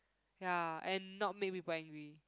ya and not make people angry